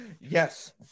Yes